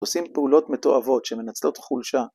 עושים פעולות מתועבות שמנצלות חולשה.